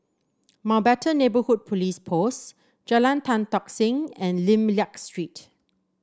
Mountbatten Neighbourhood Police Post Jalan Tan Tock Seng and Lim Liak Street